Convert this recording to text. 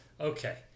Okay